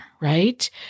right